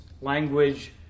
language